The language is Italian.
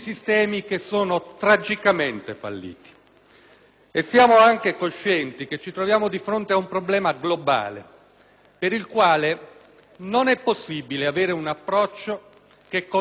per il quale non è possibile avere un approccio che consenta di lasciare soli, davanti a questo dramma, i Paesi di frontiera come l'Italia,